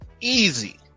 easy